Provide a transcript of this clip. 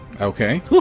Okay